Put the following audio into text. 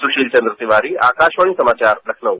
सुशील चन्द्र तिवारी आकाशवाणी समाचार लखनऊ